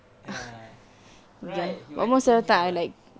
ya right he will entertain you like